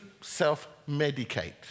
self-medicate